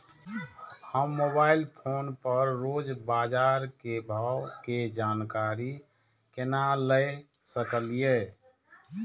हम mobile phone पर रोज बाजार के भाव के जानकारी केना ले सकलिये?